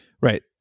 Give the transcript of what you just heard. right